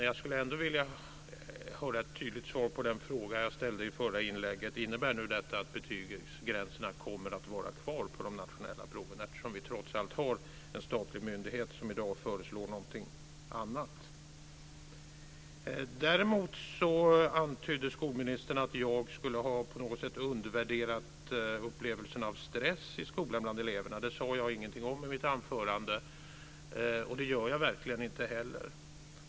Jag skulle ändå vilja höra ett tydligt svar på den fråga jag ställde i förra inlägget: Innebär nu detta att betygsgränserna kommer att vara kvar på de nationella proven, eftersom vi trots allt har en statlig myndighet som i dag föreslår någonting annat? Däremot antydde skolministern att jag på något sätt skulle ha undervärderat upplevelsen av stress bland eleverna i skolan. Det sade jag ingenting om i mitt anförande, och det gör jag verkligen inte heller.